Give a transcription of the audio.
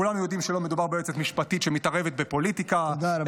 כולנו יודעים שלא מדובר ביועצת משפטית שמתערבת בפוליטיקה -- תודה רבה.